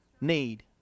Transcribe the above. need